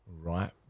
right